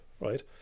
right